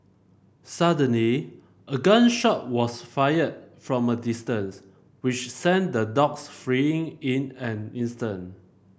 suddenly a gun shot was fired from a distance which sent the dogs fleeing in an instant